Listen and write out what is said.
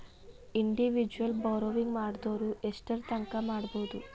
Individual borrowing ಮಾಡೊದಾರ ಯೆಷ್ಟರ್ತಂಕಾ ಮಾಡ್ಬೋದು?